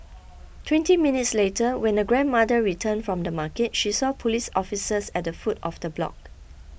twenty minutes later when the grandmother returned from the market she saw police officers at the foot of the block